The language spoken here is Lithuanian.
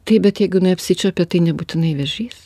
taip bet jeigu jinai apsičiuopia tai nebūtinai vėžys